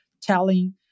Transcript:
telling